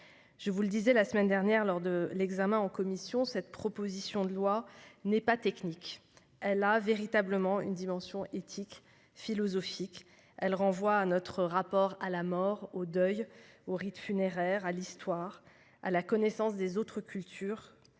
Je vous l'indiquais la semaine dernière lors de son examen en commission : cette proposition de loi n'est pas technique, elle a véritablement une dimension éthique et philosophique. Elle renvoie à notre rapport à la mort, au deuil, aux rites funéraires, à l'Histoire, à la connaissance des autres cultures